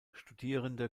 studierende